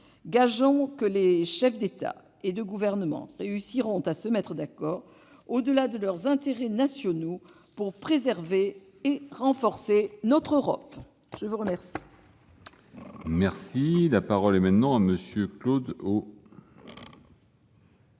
Gageons que les chefs d'État et de gouvernement réussiront à se mettre d'accord au-delà de leurs intérêts nationaux pour préserver et renforcer notre Europe. La parole